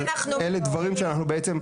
אבל אלה דברים --- חלק מהמקרים אנחנו יודעים.